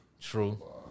True